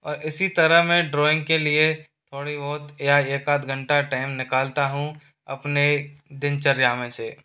और इसी तरह में ड्राइंग के लिए थोड़ी बहुत या एक आध घंटा टाइम निकलता हूँ अपने दिनचर्या में से